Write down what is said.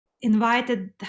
invited